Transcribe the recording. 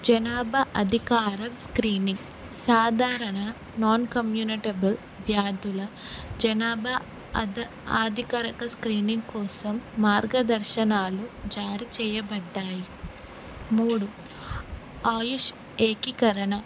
జనాభా అధికారం స్క్రీనింగ్ సాధారణ నాన్ కమ్యూనికేబుల్ వ్యాధుల జనాభా అద ఆధికారిక స్క్రీనింగ్ కోసం మార్గదర్శనాలు జారి చేేయబడ్డాయి మూడు ఆయుష్ ఏకీకరణ